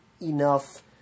enough